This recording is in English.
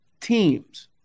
teams